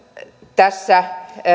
tässä